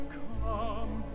come